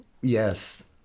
Yes